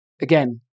Again